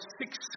six